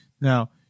Now